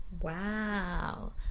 wow